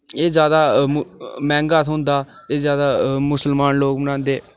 एह् ज्यादा मैंह्गा थ्होंदा एह् ज्यादा मुसलमान लोक बनांदे